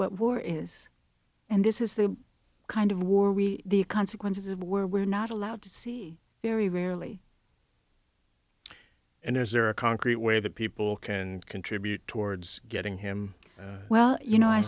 what war is and this is the kind of war we the consequences of where we're not allowed to see very rarely and is there a concrete way that people can contribute towards getting him well you know i